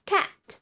Cat